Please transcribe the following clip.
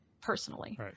personally